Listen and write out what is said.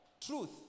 truth